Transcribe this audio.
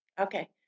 Okay